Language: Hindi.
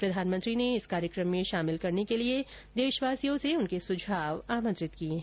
प्रधानमंत्री ने इस कार्यक्रम में शामिल करने के लिए देशवासियों से उनके सुझाव आमंत्रित किए हैं